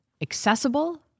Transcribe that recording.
Accessible